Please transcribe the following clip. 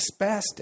spastic